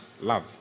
Love